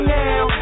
now